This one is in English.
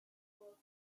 work